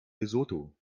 lesotho